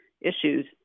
issues